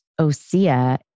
Osea